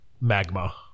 magma